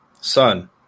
Son